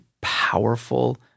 powerful